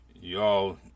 Y'all